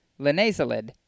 linazolid